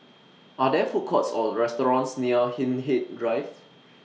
Are There Food Courts Or restaurants near Hindhede Drive